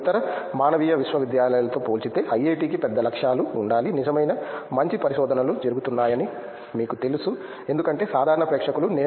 ఇతర మానవీయ విశ్వవిద్యాలయాలతో పోల్చితే ఐఐటి కి పెద్ద లక్ష్యాలు ఉండాలి నిజమైన మంచి పరిశోధనలు జరుగుతాయని మీకు తెలుసు ఎందుకంటే సాధారణ ప్రేక్షకులు నేను